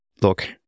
Look